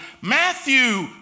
Matthew